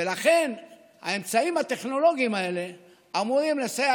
ולכן האמצעים הטכנולוגיים האלה אמורים לסייע